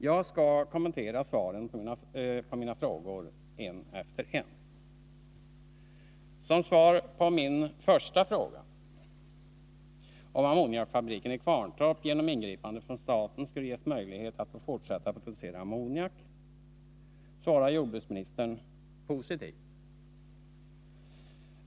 Jag skall kommentera svaren på mina frågor ett efter ett. Som svar på min första fråga, om ammoniakfabriken i Kvarntorp genom ingripande från staten skall ges möjlighet att få fortsätta producera ammoniak, lämnar jordbruksministern ett positivt besked.